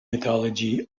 mythology